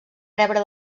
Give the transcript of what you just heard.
rebre